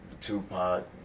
Tupac